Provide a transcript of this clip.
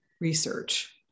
research